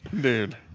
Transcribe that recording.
Dude